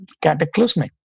cataclysmic